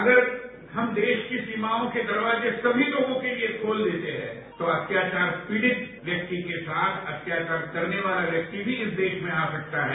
अगर हम देश की सीमाओं के दरवाजे सभी लोगों के लिए खोल देते हैं तो अत्याचार पीड़ित व्यक्ति के साथ अत्याचार करने वाला व्यक्ति भी इस देश में आ सकता है